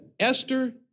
Esther